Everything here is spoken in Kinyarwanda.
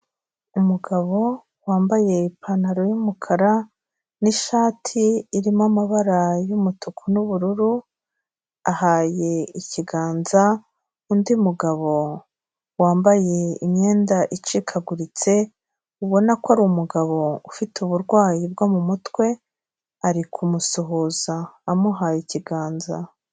Umugabo wambaye ipantaro y'umukara n'ishati irimo amabara y'umutuku n'ubururu, ahaye ikiganza undi mugabo wambaye imyenda icikaguritse, ubona ko ari umugabo ufite uburwayi bwo mu mutwe, ari kumusuhuza amuhaye ikiganza.